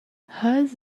has